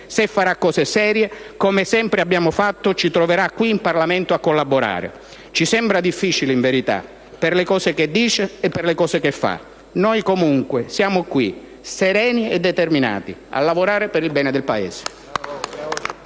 se farà cose serie, come sempre abbiamo fatto, ci troverà qui in Parlamento a collaborare. Ci sembra difficile, in verità, per le cose che dice e le cose che fa. Noi comunque siamo qui, sereni e determinati a lavorare per il bene del Paese.